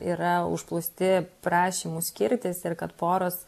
yra užplūsti prašymų skirtis ir kad poros